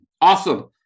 Awesome